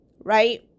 right